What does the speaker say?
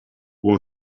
when